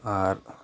ᱟᱨ